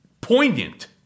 poignant